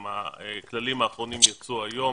גם הכללים האחרונים יצאו היום.